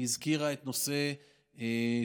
היא הזכירה את נושא צה"ל.